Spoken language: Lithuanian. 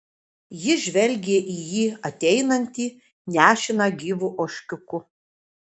ji žvelgė į jį ateinantį nešiną gyvu ožkiuku